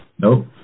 Nope